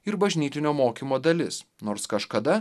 ir bažnytinio mokymo dalis nors kažkada